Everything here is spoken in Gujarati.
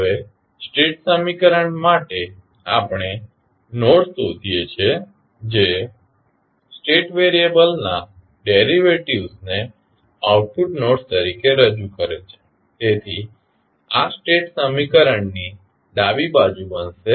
હવે સ્ટેટ સમીકરણ માટે આપણે નોડ્સ શોધીએ છીએ જે સ્ટેટ વેરિયબલના ડેરિવેટિવ્ઝ ને આઉટપુટ નોડ્સ તરીકે રજૂ કરે છે તેથી આ સ્ટેટ સમીકરણની ડાબી બાજુ બનશે